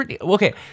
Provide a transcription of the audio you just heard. Okay